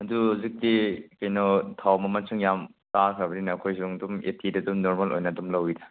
ꯑꯗꯨ ꯍꯧꯖꯤꯛꯇꯤ ꯀꯩꯅꯣ ꯊꯥꯎ ꯃꯃꯟꯁꯨ ꯌꯥꯝ ꯀꯥꯈ꯭ꯔꯕꯅꯤꯅ ꯑꯩꯈꯣꯏꯁꯨ ꯑꯗꯨꯝ ꯑꯩꯠꯇꯤꯗ ꯑꯗꯨꯝ ꯅꯣꯔꯃꯦꯜ ꯑꯣꯏꯅ ꯑꯗꯨꯝ ꯂꯧꯋꯤꯗ